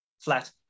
flat